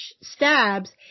stabs